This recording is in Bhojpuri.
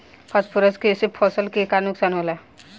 फास्फोरस के से फसल के का नुकसान होला?